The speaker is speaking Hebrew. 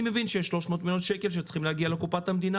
אני מבין שיש 300 מיליון שקלים שצריכים להגיע לקופת המדינה,